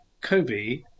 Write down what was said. Kobe